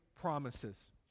promises